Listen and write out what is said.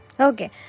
Okay